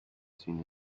seen